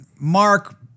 Mark